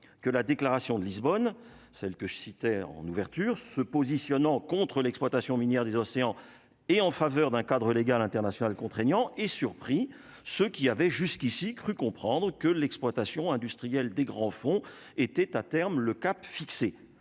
que la déclaration de Lisbonne, celle que je citais, en ouverture, se positionnant contre l'exploitation minière des océans et en faveur d'un cadre légal international contraignant et surpris, ce qui avait jusqu'ici cru comprendre que l'exploitation industrielle des grands fonds était à terme le cap fixé